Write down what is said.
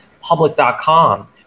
public.com